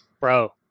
Bro